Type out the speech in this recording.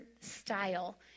style